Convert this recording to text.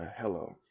hello